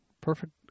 Perfect